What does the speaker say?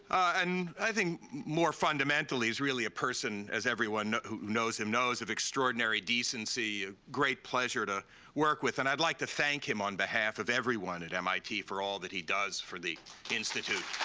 and i think more fundamentally is really a person, as everyone who knows him knows, of extraordinary decency, a great pleasure to work with. and i'd like to thank him on behalf of everyone at mit for all that he does for the institute.